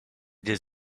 does